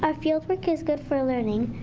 ah field work is good for learning.